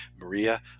Maria